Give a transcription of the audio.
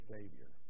Savior